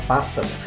Passas